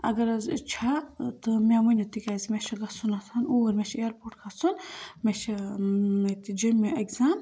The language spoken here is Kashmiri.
اگر حظ یہِ چھا تہٕ مےٚ ؤنِو تِکیٛازِ مےٚ چھُ گژھُن اوٗرۍ مےٚ چھُ اِیرپورٹ گژھُن مےٚ چھُ ییٚتہِ جوٚمہِ ایٚگزام